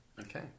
Okay